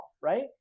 right